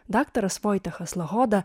daktaras voitechas lahoda